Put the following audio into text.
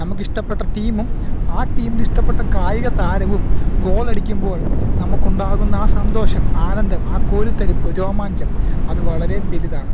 നമ്മള്ക്ക് ഇഷ്ടപ്പെട്ട ടീമും ആ ടീമിൽ ഇഷ്ടപ്പെട്ട കായികതാരവും ഗോളടിക്കുമ്പോൾ നമുക്കുണ്ടാകുന്നാ സന്തോഷം ആനന്ദം ആ കോരിത്തരിപ്പ് രോമാഞ്ചം അത് വളരെ വലുതാണ്